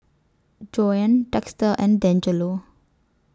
Joanne Dexter and Dangelo